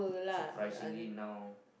surprisingly now